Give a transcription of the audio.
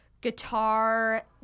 guitar